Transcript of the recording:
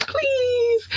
please